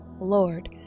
Lord